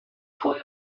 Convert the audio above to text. pwy